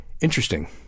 Interesting